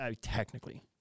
Technically